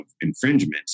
infringement